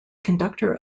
conductor